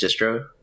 distro